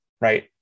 Right